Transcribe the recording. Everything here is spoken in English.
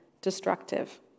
destructive